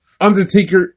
Undertaker